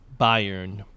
Bayern